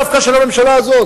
דווקא של הממשלה הזאת.